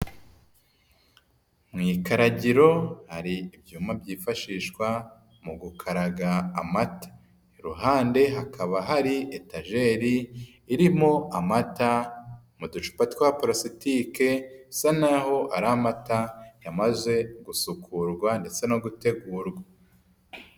Mu ikaragiro hari ibyuma byifashishwa mu gukaraga amata. Iruhande hakaba hari etajeri irimo amata mu ducupa twa parasitike, bisa naho ari amata yamaze gusukurwa ndetse no gutegurarwa.